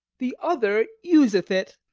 the other useth it.